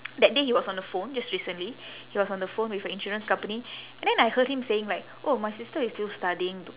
that day he was on the phone just recently he was on the phone with a insurance company and then I heard him saying like oh my sister is still studying though